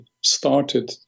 started